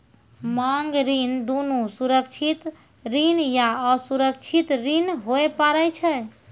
मांग ऋण दुनू सुरक्षित ऋण या असुरक्षित ऋण होय पारै छै